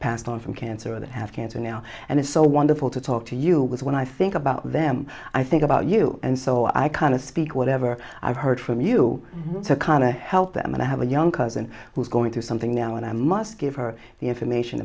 passed on from cancer that have cancer now and it's so wonderful to talk to you was when i think about them i think about you and so i kind of speak whatever i've heard from you to qana help them and i have a young cousin who's going through something now and i must give her the information